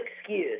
excuse